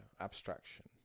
abstraction